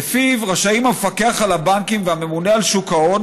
שלפיו רשאים המפקח על הבנקים והממונה על שוק ההון,